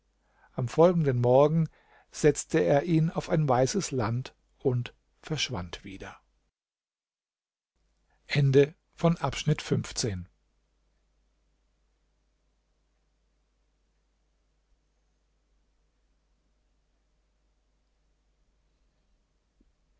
am folgenden morgen setzte er ihn auf ein weißes land und verschwand wieder